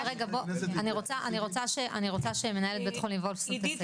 אני רוצה שמנהלת בית החולים וולפסון תסיים.